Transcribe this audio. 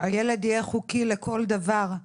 הילד יהיה חוקי לכל דבר.